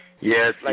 Yes